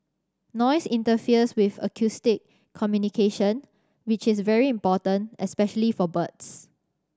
noise interferes with acoustic communication which is very important especially for birds